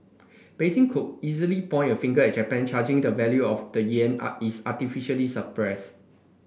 Beijing could easily point a finger at Japan charging the value of the yen is artificially suppressed